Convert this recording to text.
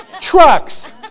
trucks